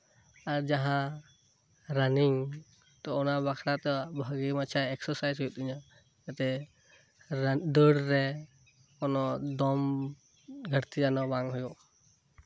ᱟᱨ ᱡᱟᱦᱟᱸ ᱨᱟᱱᱤᱝ ᱛᱚ ᱚᱱᱟ ᱵᱟᱠᱷᱨᱟᱛᱮ ᱵᱷᱟᱹᱜᱤ ᱢᱟᱪᱷᱟ ᱮᱠᱥᱟᱨᱥᱟᱭᱤᱡ ᱦᱩᱭᱩᱜ ᱛᱤᱧᱟᱹ ᱪᱮᱠᱟᱹᱛᱮ ᱫᱟᱹᱲᱨᱮ ᱠᱚᱱᱚ ᱫᱚᱢ ᱜᱷᱟᱹᱴᱛᱤ ᱡᱮᱱᱚ ᱵᱟᱝ ᱦᱩᱭᱩᱜ